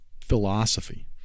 philosophy